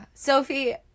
Sophie